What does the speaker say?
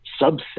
subset